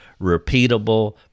repeatable